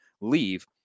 leave